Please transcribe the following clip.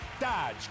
Dodge